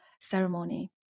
ceremony